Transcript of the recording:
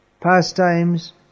pastimes